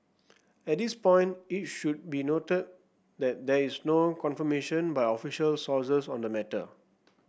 at this point it should be noted that there is no confirmation by official sources on the matter